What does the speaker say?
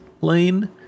lane